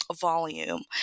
volume